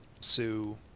sue